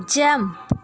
jump